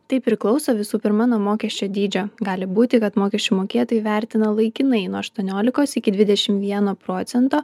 tai priklauso visų pirma nuo mokesčio dydžio gali būti kad mokesčių mokėtojai vertina laikinai nuo aštuoniolikos iki dvidešimt vieno procento